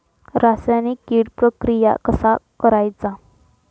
रासायनिक कीड प्रक्रिया कसा करायचा?